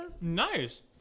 Nice